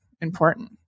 important